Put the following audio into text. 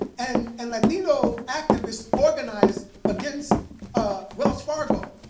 and and latino activists organized against wells fargo,